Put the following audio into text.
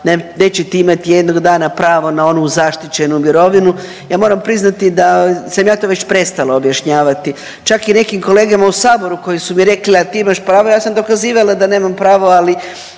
nećete imati jednog dana pravo na onu zaštićenu mirovinu. Ja moram priznati da sam ja to već prestala objašnjavati čak i nekim kolegama u Saboru koji su mi rekli a ti imaš pravo. Ja sam dokazivala da nemam pravo, ali